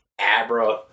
Abra